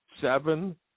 seven